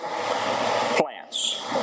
plants